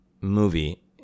movie